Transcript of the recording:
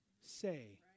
say